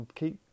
keep